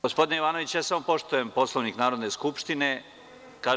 Gospodine Jovanoviću, ja samo poštujem Poslovnik Narodne skupštine.